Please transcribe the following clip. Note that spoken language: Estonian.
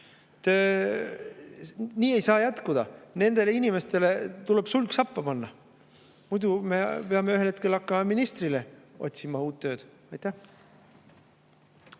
Nii ei saa jätkuda. Nendele inimestele tuleb sulg sappa panna. Muidu me peame ühel hetkel hakkama ministrile otsima uut tööd. Aitäh!